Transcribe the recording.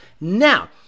Now